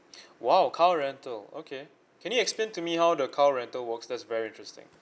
!wow! car rental okay can you explain to me how the car rental works that's very interesting